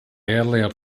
earlier